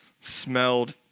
smelled